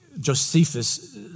Josephus